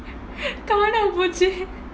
காணாம போச்சு:kaanaama pochu